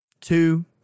two